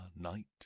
night